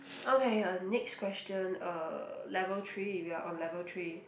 okay uh next question uh level three we are on level three